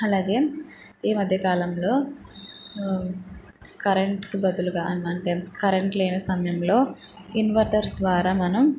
అలాగే ఈ మధ్యకాలంలో కరెంట్కి బదులుగా అంటే కరెంట్ లేని సమయంలో ఇన్వర్టర్స్ ద్వారా మనం